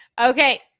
Okay